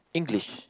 English